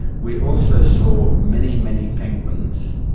we also saw many, many penguins,